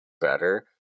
better